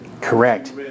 Correct